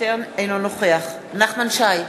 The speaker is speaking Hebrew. אינו נוכח נחמן שי,